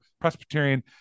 Presbyterian